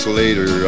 later